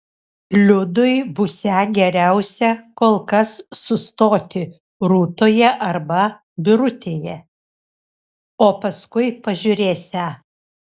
liudui būsią geriausia kol kas sustoti rūtoje arba birutėje o paskui pažiūrėsią